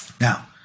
Now